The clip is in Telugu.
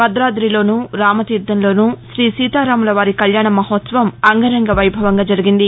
భాదాదిలోను రామతీర్దంలోనూ శ్రీ సీతారాముల వారి కళ్యాణ మహోత్సవం అంగరంగ వైభవంగా జరిగింది